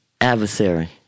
adversary